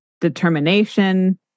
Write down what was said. determination